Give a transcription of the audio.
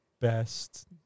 best